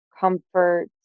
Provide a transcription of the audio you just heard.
comfort